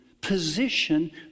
position